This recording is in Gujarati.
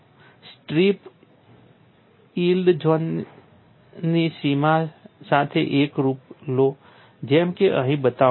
સ્ટ્રીપ યીલ્ડ ઝોનની સીમા સાથે એક રૂપરેખા લો જેમ કે અહીં બતાવવામાં આવ્યું છે